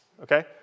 okay